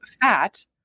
fat